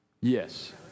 Yes